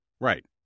Right